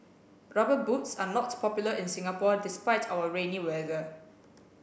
rubber boots are not popular in Singapore despite our rainy weather